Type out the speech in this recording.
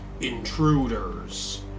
Intruders